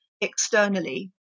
externally